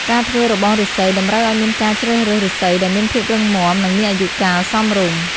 ការធ្វើរបងឬស្សីតម្រូវឱ្យមានការជ្រើសរើសឬស្សីដែលមានភាពរឹងមាំ និងមានអាយុកាលសមរម្យ។